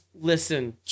listen